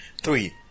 Three